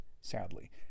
sadly